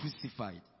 crucified